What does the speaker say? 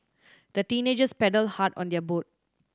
the teenagers paddled hard on their boat